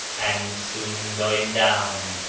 and soon going down,